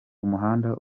umuhanda